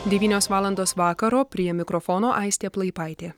devynios valandos vakaro prie mikrofono aistė plaipaitė